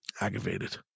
Aggravated